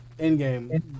Endgame